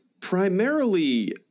Primarily